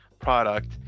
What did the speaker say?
product